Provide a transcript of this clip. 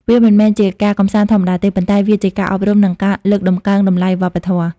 វាមិនមែនជាការកម្សាន្តធម្មតាទេ ប៉ុន្តែជាការអប់រំនិងការលើកតម្កើងតម្លៃវប្បធម៌។